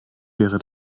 wäre